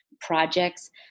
projects